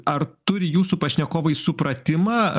ar turi jūsų pašnekovai supratimą